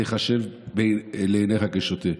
תיחשב לעיניך כשוטה.